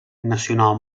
nacional